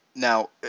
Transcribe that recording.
Now